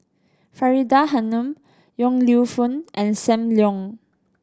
Faridah Hanum Yong Lew Foong and Sam Leong